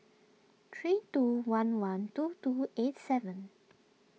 three two one one two two eight seven